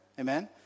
Amen